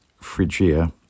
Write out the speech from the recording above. Phrygia